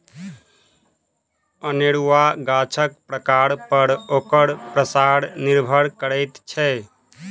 अनेरूआ गाछक प्रकार पर ओकर पसार निर्भर करैत छै